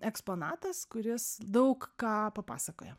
eksponatas kuris daug ką papasakoja